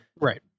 Right